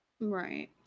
right